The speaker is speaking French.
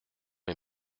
est